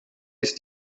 ist